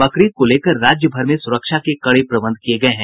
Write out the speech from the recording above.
बकरीद को लेकर राज्य भर में सुरक्षा के कड़े प्रबंध किये गये हैं